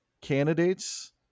candidates